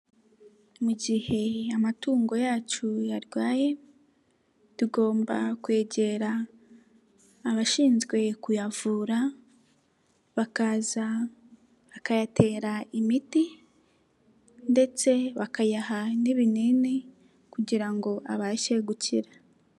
Mu gihe amatungo yacu yarwaye tugomba kwegera abashinzwe kuyavura bakaza bakayatera imiti ndetse bakayaha n'ibinini kugira ngo abashe gukira.